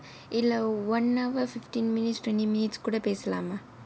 இல்லை:illai one hour fifteen minutes twenty minutes கூட பேசலாம்:koodu pesalaam